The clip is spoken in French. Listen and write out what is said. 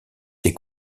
des